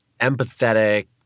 empathetic